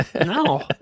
No